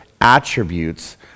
attributes